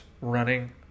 running